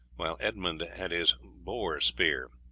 while edmund had his boar-spear.